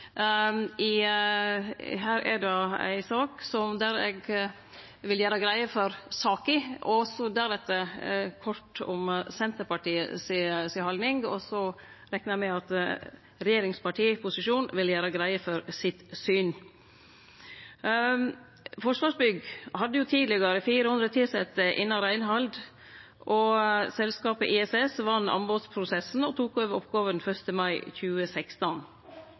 Eg vil gjere greie for saka og deretter kort om Senterpartiet si haldning, og så reknar eg med at regjeringspartia, posisjonen, vil gjere greie for sitt syn. Forsvarsbygg hadde tidlegare 400 tilsette innan reinhald. Selskapet ISS vann anbodsprosessen og tok over oppgåvene 1. mai 2016.